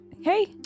hey